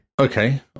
Okay